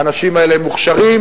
האנשים האלה הם מוכשרים,